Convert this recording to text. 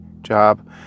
job